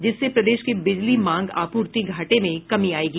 जिससे प्रदेश की बिजली मांग आपूर्ति घाटे में कमी आयेगी